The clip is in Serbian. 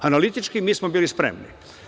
Analitički, mi smo bili spremni.